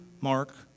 Mark